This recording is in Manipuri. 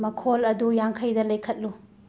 ꯃꯈꯣꯜ ꯑꯗꯨ ꯌꯥꯡꯈꯩꯗ ꯂꯩꯈꯠꯂꯨ